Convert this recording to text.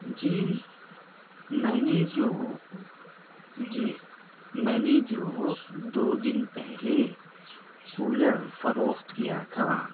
جی میں نے جو جی میں نے جو دو دن پہلے کولر فروخت کیا تھا